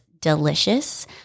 delicious